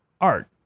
art